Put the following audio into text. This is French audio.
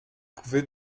pouvez